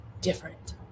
different